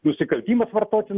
nusikaltimas vartoti